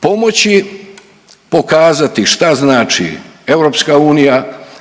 Pomoći, pokazati šta znači EU